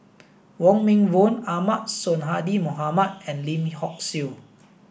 Wong Meng Voon Ahmad Sonhadji Mohamad and Lim Hock Siew